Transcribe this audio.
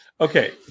Okay